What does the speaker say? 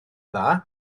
dda